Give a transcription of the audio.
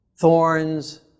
thorns